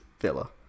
Villa